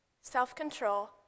self-control